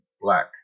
black